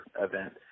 event